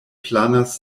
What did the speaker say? planas